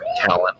talent